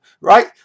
right